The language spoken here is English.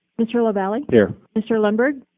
mr. lavalley. here. mr. lundberg.